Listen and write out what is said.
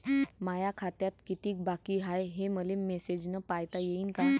माया खात्यात कितीक बाकी हाय, हे मले मेसेजन पायता येईन का?